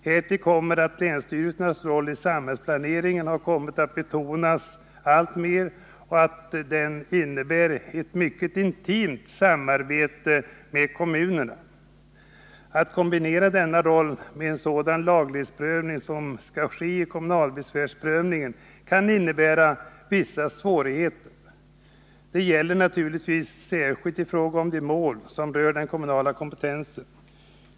Härtill kommer att länsstyrelsernas roll i samhällsplaneringen har kommit att betonas alltmer och att den innebär ett mycket intimt samarbete med kommunerna. Att kombinera denna roll med en sådan laglighetsprövning som skall ske i kommunalbesvärsprövningen kan innebära vissa svårigheter. Detta gäller naturligtvis särskilt i fråga om de mål som rör den kommunala kompetensen.